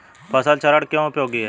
फसल चरण क्यों उपयोगी है?